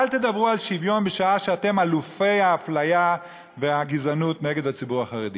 אל תדברו על שוויון בשעה שאתם אלופי האפליה והגזענות נגד הציבור החרדי.